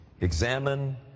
Examine